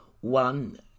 One